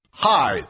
Hi